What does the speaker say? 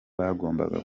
bagomba